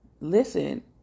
listen